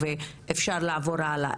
אפשר לעבור הלאה,